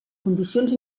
condicions